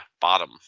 bottom